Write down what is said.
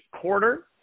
quarter –